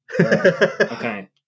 Okay